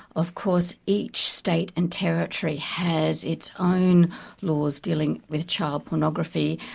of course each state and territory has its own laws dealing with child pornography,